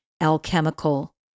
alchemical